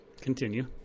Continue